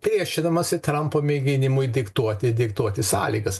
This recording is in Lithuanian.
priešinamasi trampo mėginimui diktuoti diktuoti sąlygas